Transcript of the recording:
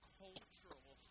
cultural